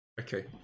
okay